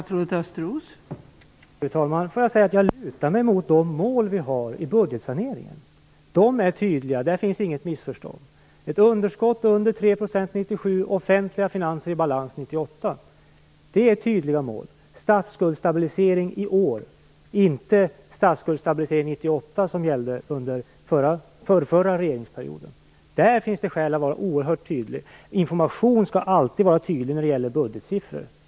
Fru talman! Jag lutar mig mot de mål vi har i budgetsaneringen. De är tydliga, och där finns inget missförstånd. Ett underskott under 3 % 1997 och offentliga finanser i balans 1998 är tydliga mål. Statsskulden skall stabiliseras i år, inte 1998, som gällde under den förrförra regeringsperioden. Där finns det skäl att vara oerhört tydlig. Information skall alltid vara tydlig när det gäller budgetsiffror.